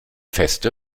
feste